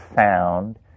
sound